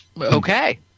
Okay